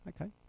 okay